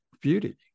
beauty